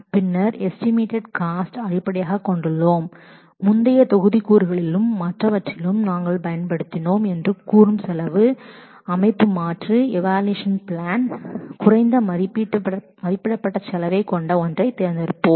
பின்னர் cost estimate என்பதை செய்கிறோம் காஸ்ட் ஸ்ட்ரக்சர் அடிப்படையில் முந்தைய தொகுதிக்கூறுகளிலும் மற்றவற்றிலும் நாங்கள் இவற்றை பயன்படுத்தினோம் இந்த ஈவாலுவேஷன் பிளான் என்பதில் இருந்து நாம் குறைந்த மதிப்பிடப்பட்ட செலவைக் கொண்ட ஒன்றைத் தேர்ந்தெடுப்போம்